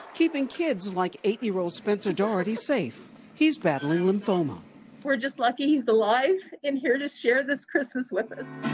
keeping kids like eight year old spencer doherty safe he's battling lymphoma we're just lucky he's alive and here to share this christmas with us.